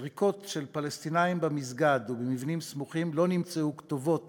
בסריקות של פלסטינים במסגד ובמבנים סמוכים לא נמצאו כתובות